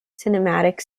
cinematic